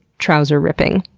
trouser ripping.